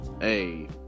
Hey